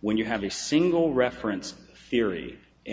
when you have a single reference theory and